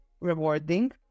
Rewarding